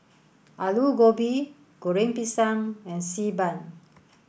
Aloo Gobi Goreng Pisang and Xi Ban